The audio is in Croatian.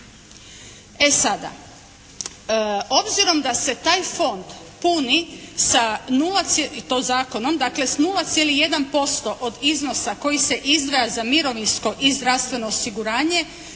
E sada obzirom da se taj Fond puni sa, i to zakonom dakle s 0,1% od iznosa koji se izdvaja za mirovinsko i zdravstveno osiguranje